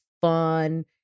fun